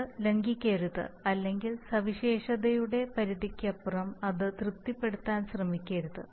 ഇത് ലംഘിക്കരുത് അല്ലെങ്കിൽ സവിശേഷതയുടെ പരിധിക്കപ്പുറം അത് തൃപ്തിപ്പെടുത്താൻ ശ്രമിക്കരുത്